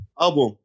Album